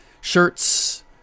Shirts